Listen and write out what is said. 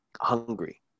hungry